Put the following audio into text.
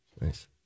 Nice